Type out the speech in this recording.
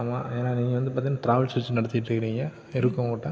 ஆமாம் ஏன்னா நீங்கள் வந்து பார்த்தீங்ன்னா ட்ராவல்ஸ் வச்சி நடத்திட்டுருக்கிறீங்க இருக்கும் உங்ககிட்ட